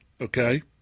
okay